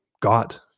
got